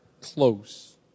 close